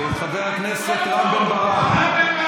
חבר הכנסת רם בן ברק.